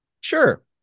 Sure